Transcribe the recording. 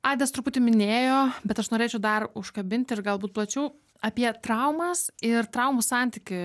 aidas truputį minėjo bet aš norėčiau dar užkabint ir galbūt plačiau apie traumas ir traumų santykį